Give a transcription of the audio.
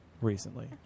recently